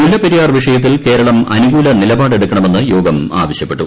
മുല്ലപ്പെരിയാർ വിഷ യത്തിൽ കേരളം അനുകൂല നിലപാട് എടുക്കണമെന്ന് യോഗം ആ വശ്യപ്പെട്ടു